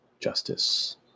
justice